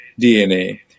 DNA